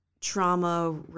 trauma